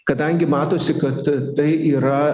kadangi matosi kad tai yra